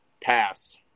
Pass